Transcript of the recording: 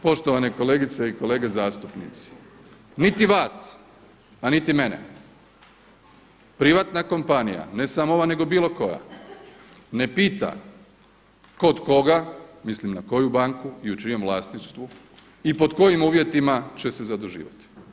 Poštovane kolegice i kolege zastupnici, niti vas, a niti mene privatna kompanija ne samo ova nego bilo koja ne pita kod koga, mislim na koju banku i u čijem vlasništvu i pod kojim uvjetima će se zaduživati.